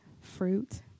fruit